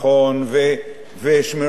ושמירת חוק,